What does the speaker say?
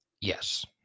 Yes